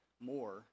more